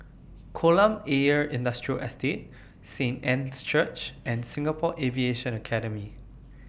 Kolam Ayer Industrial Estate Saint Anne's Church and Singapore Aviation Academy